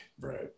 Right